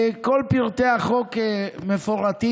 כל פרטי החוק מפורטים.